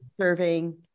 serving